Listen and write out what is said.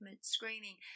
screening